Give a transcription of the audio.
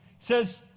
says